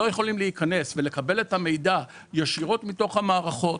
לא יכולים להיכנס ולקבל את המידע ישירות מתוך המערכות,